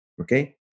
okay